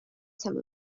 some